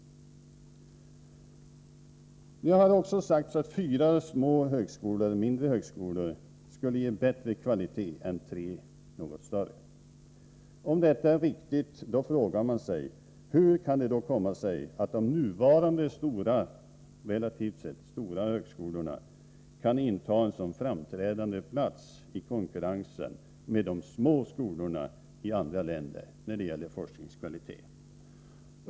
Det har också sagts att fyra mindre högskolor skulle säkra en bättre kvalitet än tre något större. Om detta är riktigt frågar man sig: Hur kan det då komma sig att de nuvarande, relativt sett stora högskolorna kan inta en sådan framträdande plats i konkurrensen med de små skolorna i andra länder när det gäller forskningens kvalitet?